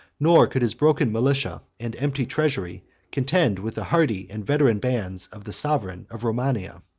nor could his broken militia and empty treasury contend with the hardy and veteran bands of the sovereign of romania.